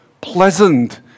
pleasant